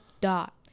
dot